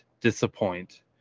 disappoint